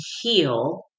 heal